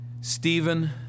Stephen